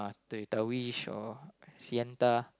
Toyota-Wish or Sienta